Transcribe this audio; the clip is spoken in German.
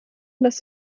lässt